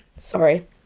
sorry